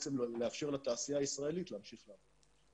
לאפשר לתעשייה הישראלית להמשיך לעבוד.